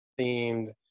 themed